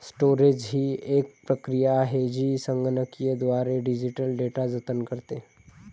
storage ही एक प्रक्रिया आहे जी संगणकीयद्वारे डिजिटल डेटा जतन करते